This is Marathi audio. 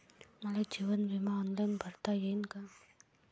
मले जीवन बिमा ऑनलाईन भरता येईन का?